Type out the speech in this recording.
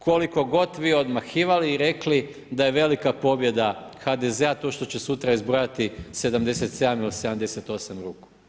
Koliko god vi odmahivali i rekli da je velika pobjeda HDZ-a to što će sutra izbrojati 77 ili 78 ruku.